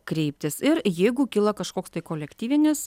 kreiptis ir jeigu kyla kažkoks tai kolektyvinis